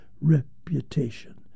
reputation